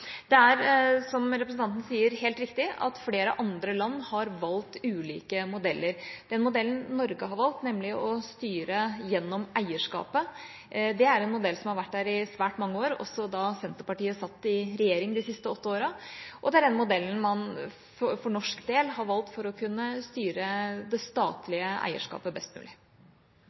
Det er, som representanten sier, helt riktig at flere andre land har valgt ulike modeller. Den modellen Norge har valgt, nemlig å styre gjennom eierskapet, er en modell som har vært der i svært mange år, også de siste åtte årene da Senterpartiet satt i regjering, og det er den modellen man for norsk del har valgt for å kunne styre det statlige eierskapet best mulig.